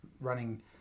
running